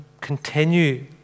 continue